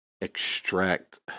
extract